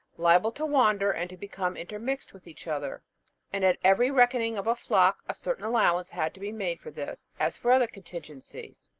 liable to wander, and to become intermixed with each other and at every reckoning of a flock a certain allowance had to be made for this, as for other contingencies.